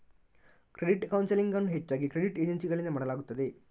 credit counselling ಅನ್ನು ಹೆಚ್ಚಾಗಿ credit ಏಜೆನ್ಸಿಗಳಿಂದ ಮಾಡಲಾಗುತ್ತದೆ